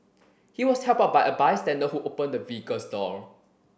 he was helped out by a bystander who opened the vehicle's door